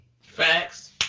Facts